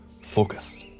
focus